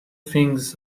things